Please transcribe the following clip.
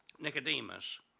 Nicodemus